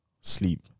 sleep